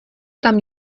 tam